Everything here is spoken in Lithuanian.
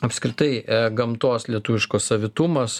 apskritai gamtos lietuviškos savitumas